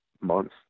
months